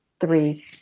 three